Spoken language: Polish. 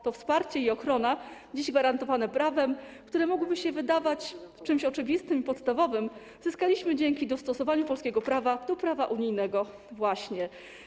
To wsparcie i ochronę, dziś gwarantowane prawem, które mogłyby się wydawać czymś oczywistym i podstawowym, zyskaliśmy dzięki dostosowaniu polskiego prawa do prawa unijnego właśnie.